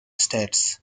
states